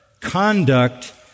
conduct